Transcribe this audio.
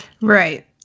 Right